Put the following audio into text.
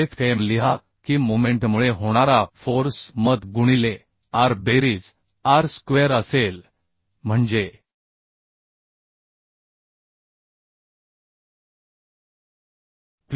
Fm लिहा की मोमेंटमुळे होणारा फोर्स Mt गुणिले rबेरीज r स्क्वेअर असेल